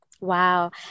Wow